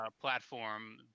platform